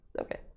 Okay